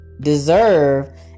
Deserve